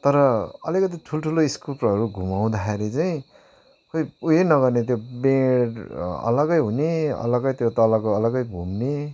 तर अलिकति ठुलठुलो स्क्रुवहरू घुमाउँदाखेरि चाहिँ खै त्यो उयै नगर्ने त्यो बिँड अलगै हुने अलगै त्यो तलको अलगै घुम्ने